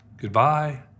Goodbye